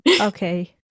okay